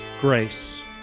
grace